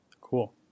Cool